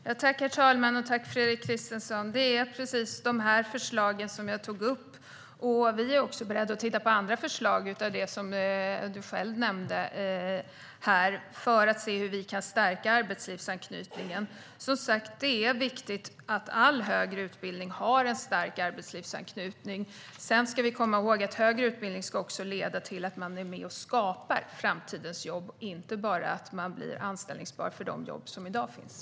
Herr talman! Tack, Fredrik Christensson. Det är precis dessa förslag som jag tog upp. Vi är också beredda att titta på andra förslag som dem du själv nämnde här för att se hur vi kan stärka arbetslivsanknytningen. Det är viktigt att all högre utbildning har en stark arbetslivsanknytning. Sedan ska vi komma ihåg att högre utbildning också ska leda till att man är med och skapar framtidens jobb och inte bara att man blir anställbar för de jobb som finns i dag.